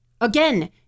Again